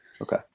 Okay